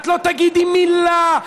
את לא תגידי מילה.